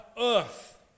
earth